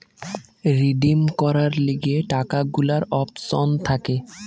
redeem করার লিগে টাকা গুলার অপশন থাকে